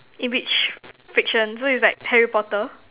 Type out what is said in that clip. in which fiction so its like Harry Potter